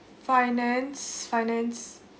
finance finance